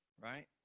Right